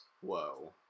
Whoa